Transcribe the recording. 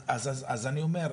אז אני אומר,